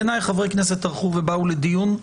בעיני חברי הכנסת טרחו ובאו לדיון,